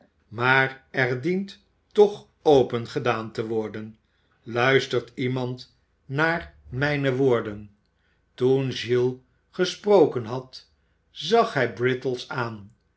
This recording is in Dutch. maar er dient toch opengedaan te worden luistert iemand naar mijne woorden toen giles gesproken had zag hij brittles aan